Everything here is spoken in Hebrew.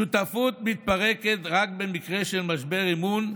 שותפות מתפרקת רק במקרה של משבר אמון,